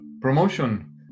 promotion